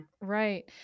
Right